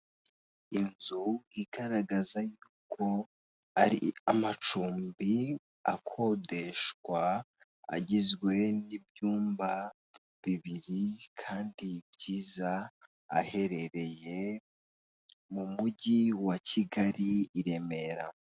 Inzu igaragaza yuko ari amacumbi akodeshwa, agizwe n'ibyumba bibiri kandi byiza, aherereye mu mujyi wa kigali iremera.